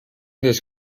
this